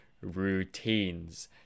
routines